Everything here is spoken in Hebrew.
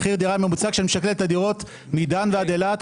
מחיר דירה ממוצע כשאני משקלל את הדירות מדן ועד אילת,